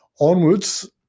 Onwards